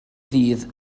ddydd